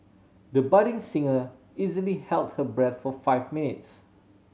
the budding singer easily held her breath for five minutes